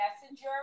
Messenger